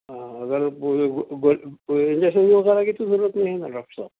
ہاں اگر کوئی انجکشن وغیرہ کی تو ضرورت نہیں ہے نہ ڈاکٹر صاحب